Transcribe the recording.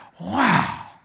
wow